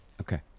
Okay